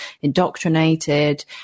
indoctrinated